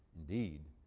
indeed,